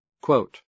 quote